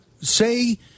say